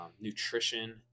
nutrition